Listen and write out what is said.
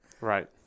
Right